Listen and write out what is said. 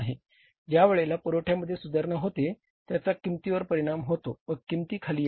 ज्या वेळेला पुरवठ्यामध्ये सुधारणा होते त्याचा किंमतींवर परिणाम होतो व किंमती खाली येतात